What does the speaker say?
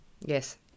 Yes